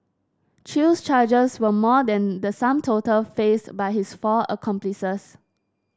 chew's charges were more than the sum total faced by his four accomplices